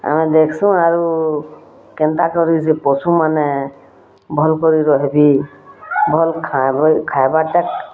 ଆମେ ଦେଖ୍ସୁଁ ଆରୁ କେନ୍ତା କରି ସେ ପଶୁମାନେ ଭଲ୍ କରି ରହିକି ଭଲ୍ ଖାଏବେ ଖାଏବାର୍ ଟା